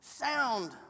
Sound